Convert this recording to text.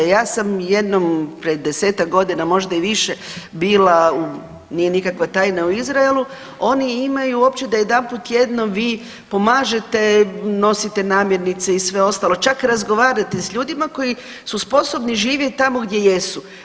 Ja sam jednom pre 10-tak godina, možda i više, bila nije nikakva tajna u Izraelu, oni imaju uopće da jedanput tjedno vi pomažete, nosite namirnice i sve ostalo, čak razgovarate s ljudima koji su sposobni živjet tamo gdje jesu.